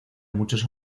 muchos